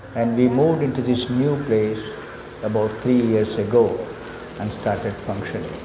and we moved into this new place about three years ago and started functioning.